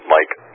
Mike